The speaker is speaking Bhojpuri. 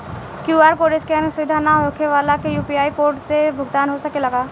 क्यू.आर कोड स्केन सुविधा ना होखे वाला के यू.पी.आई कोड से भुगतान हो सकेला का?